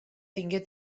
tingué